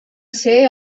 ser